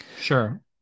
Sure